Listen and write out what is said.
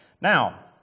Now